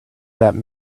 that